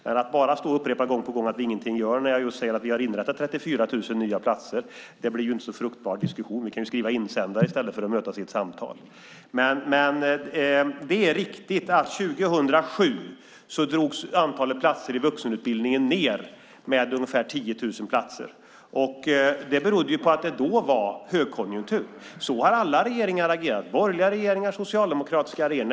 Men när interpellanten bara gång på gång upprepar att vi ingenting gör när jag säger att vi har inrättat 34 000 nya platser blir det inte en så fruktbar diskussion. Vi kan skriva insändare i stället för att mötas i ett samtal. Det är riktigt att antalet platser i vuxenutbildningen år 2007 drogs ned med ungefär 10 000 platser. Det berodde på att det då var högkonjunktur. Så har alla regeringar agerat, såväl borgerliga regeringar som socialdemokratiska regeringar.